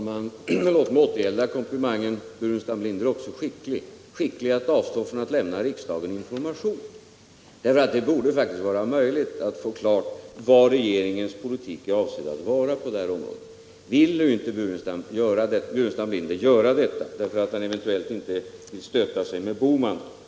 Herr talman! Låt mig återgälda komplimangen: Staffan Burenstam Linder är också skicklig — skicklig i att avstå från att lämna riksdagen information! Det borde faktiskt vara möjligt att få ett klarläggande av vad regeringens politik är avsedd att vara på det här området. Vill inte Burenstam Linder göra detta — eventuellt därför att han inte vill stöta sig med Bohman?